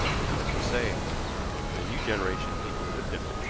was much the same but a new generation of people lived in it.